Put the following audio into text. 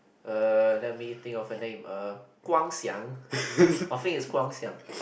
uh let me think of a name uh Guang-Xiang I think it's Guang-Xiang